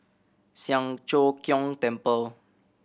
Siang Cho Keong Temple